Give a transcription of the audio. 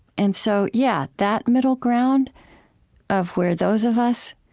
and so yeah that middle ground of where those of us